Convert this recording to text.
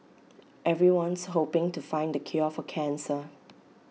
everyone's hoping to find the cure for cancer